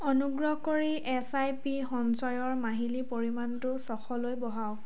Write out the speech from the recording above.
অনুগ্ৰহ কৰি S I P সঞ্চয়ৰ মাহিলী পৰিমাণটো ছশলৈ বঢ়াওক